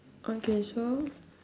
okay so